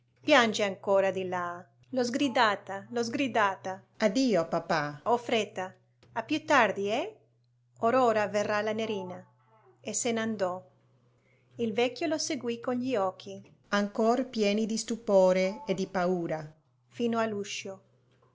piange ancora di là l'ho sgridata l'ho sgridata addio papà ho fretta a più tardi eh or ora verrà la nerina e se n'andò il vecchio lo seguì con gli occhi ancor pieni di stupore e di paura fino